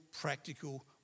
practical